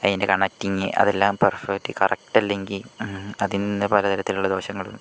അതിൻ്റെ കണക്റ്റിംഗ് അതെല്ലാം perfect correct അല്ലെങ്കിൽ അതിൽ നിന്ന് പലതരത്തിലുള്ള ദോഷങ്ങള്